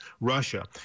Russia